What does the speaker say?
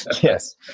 yes